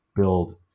build